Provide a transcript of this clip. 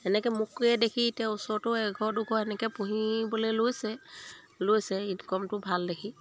এনেকৈ মোকে দেখি এতিয়া ওচৰতেও এঘৰ দুঘৰ এনেকৈ পুহিবলৈ লৈছে লৈছে ইনকমটো ভাল দেখি